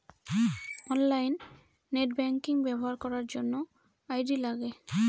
online net banking ব্যবহার করার জন্য আই.ডি লাগে